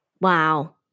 Wow